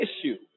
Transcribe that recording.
issue